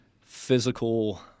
physical